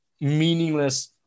meaningless